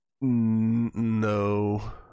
No